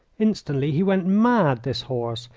instantly he went mad this horse.